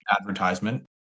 advertisement